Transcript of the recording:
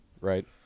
Right